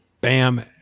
bam